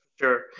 sure